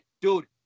dude